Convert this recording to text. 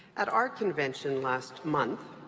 at our convention last month,